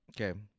okay